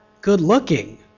good-looking